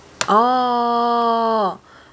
oh